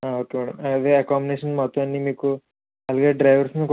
okay madam we accommodation మొత్తాన్ని మీకు అలాగే డ్రైవెర్స్ని కూడా